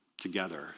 together